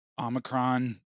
Omicron